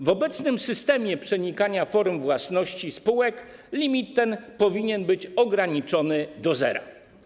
W obecnym systemie przenikania form własności spółek limit ten powinien być ograniczony do zera.